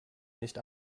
nicht